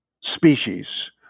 species